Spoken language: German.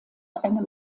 einem